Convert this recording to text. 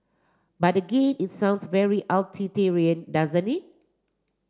but again it sounds very utilitarian doesn't it